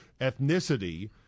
ethnicity